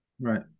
Right